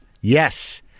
yes